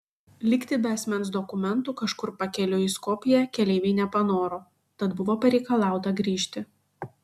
likti be asmens dokumentų kažkur pakeliui į skopję keleiviai nepanoro tad buvo pareikalauta grįžti